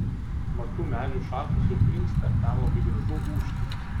mat tų medžių šakos jau brinksta ten labai gražu ūžti